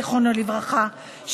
זיכרונו לברכה,